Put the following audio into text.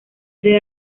there